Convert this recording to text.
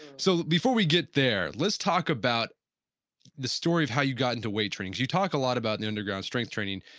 so before we get there, let's talk about the story about how you got into weight training. you talk a lot about the underground strength training,